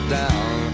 down